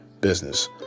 business